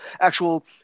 actual